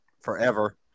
forever